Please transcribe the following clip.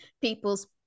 people's